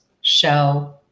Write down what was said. show